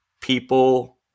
people